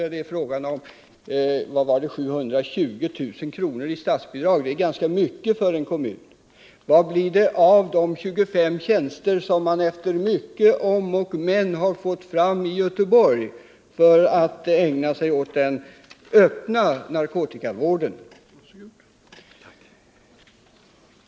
Där är det fråga om 720 000 kr. i statsbidrag, och det är ganska mycket pengar för en kommun. Vad blir det av de 25 tjänster som man efter mycket om och men har fått fram i Göteborg för att ägna sig åt den öppna narkotikavården?